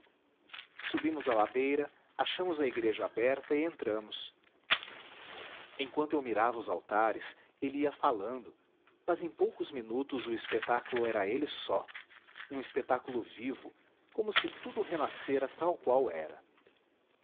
subimos a ladeira achamos a igreja aberta e entramos enquanto eu mirava os altares ele ia falando mas em poucos minutos o espetáculo era ele só um espetáculo vivo como se tudo renascera tal qual era